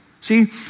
See